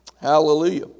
Hallelujah